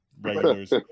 Regulars